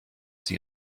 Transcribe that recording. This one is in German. sie